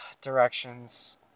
directions